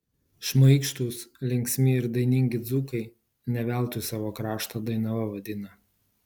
šmaikštūs linksmi ir dainingi dzūkai ne veltui savo kraštą dainava vadina